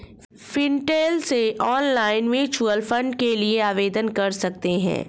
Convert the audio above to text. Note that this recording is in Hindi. फिनटेक से ऑनलाइन म्यूच्यूअल फंड के लिए आवेदन कर सकते हैं